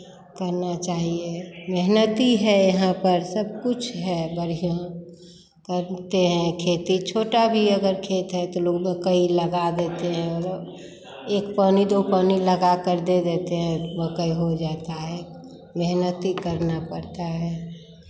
करना चाहिए मेहनती है यहाँ पर सब कुछ है बढ़ियाँ करते हैं खेती छोटा भी अगर खेत है तो लोग मकई लगा देते हैं और एक पानी दो पानी लगाकर दे देते हैं मकई हो जाता है मेहनती करना पड़ता है